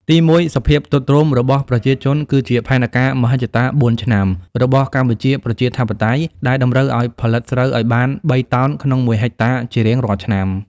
ទីមួយ សភាពទ្រុឌទ្រោមរបស់ប្រជាជន គឺជាផែនការមហិច្ឆតា "បួនឆ្នាំ" របស់កម្ពុជាប្រជាធិបតេយ្យដែលតម្រូវឱ្យផលិតស្រូវឱ្យបាន ៣ តោនក្នុងមួយហិកតាជារៀងរាល់ឆ្នាំ។